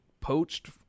poached